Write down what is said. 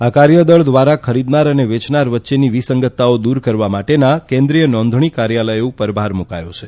આ કાર્યદળ દ્વારા ખરીદનાર અને વેયનાર વચ્ચેની વિસંગતતાઓ દુર કરવા માટેના કેન્દ્રીય નોંધણી કાર્યાલય પર ભાર મુકથી છે